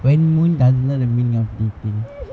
when moon does the meaning of dating